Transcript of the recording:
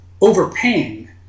overpaying